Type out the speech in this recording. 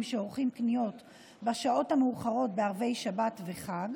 שעורכים קניות בשעות המאוחרות בערבי שבת וחג,